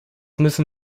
müssen